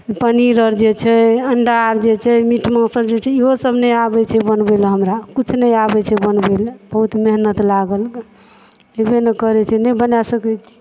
पनीरअर जे छै अण्डाअर जे छै मीट माँसअर जे छै इहोसभ नहि आबैत छै बनबयलऽ हमरा कुछ नहि आबैत छै बनबयलऽ बहुत मेहनत लागल हेबय नहि करैत छै नहि बना सकैत छियै